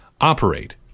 operate